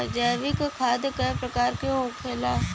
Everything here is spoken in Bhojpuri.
जैविक खाद का प्रकार के होखे ला?